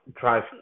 drive